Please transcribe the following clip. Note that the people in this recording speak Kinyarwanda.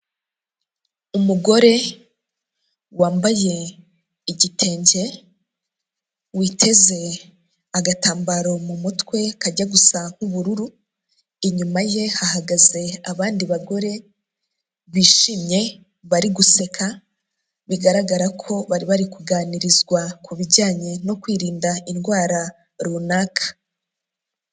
Umugore wambaye igitenge witeze agatambaro mu mutwe kajya gusa nk'ubururu, inyuma ye hahagaze abandi bagore bishimye bari guseka bigaragara ko bari bari kuganirizwa ku bijyanye no kwirinda indwara runaka.